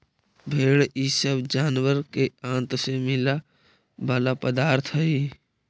भेंड़ इ सब जानवर के आँत से मिला वाला पदार्थ हई